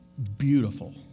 beautiful